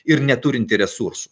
ir neturinti resursų